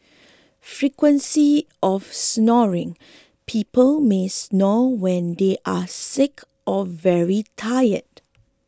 frequency of snoring people may snore when they are sick or very tired